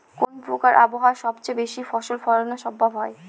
কোন প্রকার আবহাওয়ায় সবচেয়ে বেশি ফসল ফলানো সম্ভব হয়?